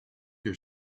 your